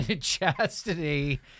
Chastity